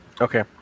okay